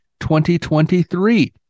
2023